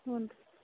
ಹ್ಞೂ ರೀ